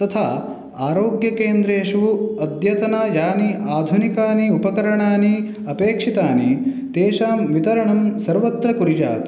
तथा आरोग्यकेन्द्रेषु अद्यतन यानि आधुकानि उपकरणानि अपिक्षितानि तेषां वितरणं सर्वत्र कुर्यात्